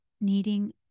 needing